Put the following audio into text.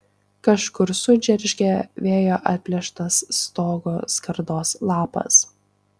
kažkur sudžeržgė vėjo atplėštas stogo skardos lapas